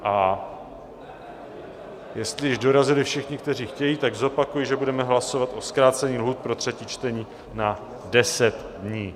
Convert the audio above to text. A jestli již dorazili všichni, kteří chtějí, tak zopakuji, že budeme hlasovat o zkrácení lhůt pro třetí čtení na 10 dní.